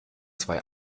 zwei